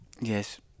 Yes